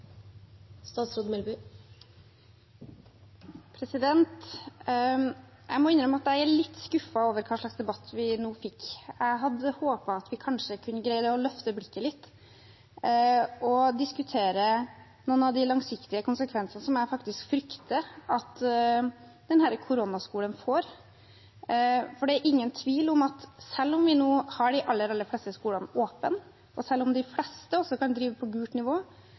litt skuffet over hva slags debatt vi nå fikk. Jeg hadde håpet at vi kanskje kunne greid å løfte blikket litt og diskutere noen av de langsiktige konsekvensene som jeg frykter at denne koronaskolen får. For det er ingen tvil om at selv om vi nå har de aller, aller fleste skolene åpne, og selv om de fleste også kan drive på gult nivå,